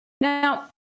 Now